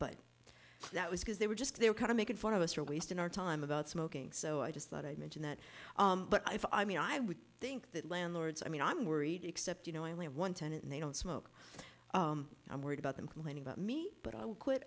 but that was because they were just they were kind of making fun of us are wasting our time about smoking so i just thought i'd mention that but i mean i would think that landlords i mean i'm worried except you know i only have one tenant and they don't smoke and i'm worried about them complaining about me but i would quit